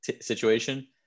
situation